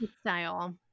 style